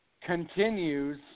continues